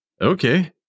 Okay